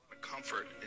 Comfort